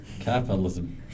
capitalism